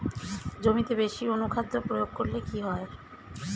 জমিতে বেশি অনুখাদ্য প্রয়োগ করলে কি হয়?